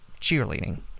cheerleading